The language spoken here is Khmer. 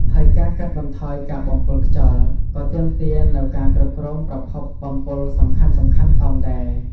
ហើយការកាត់បន្ថយការបំពុលខ្យល់ក៏ទាមទារនូវការគ្រប់គ្រងប្រភពបំពុលសំខាន់ៗផងដែរ។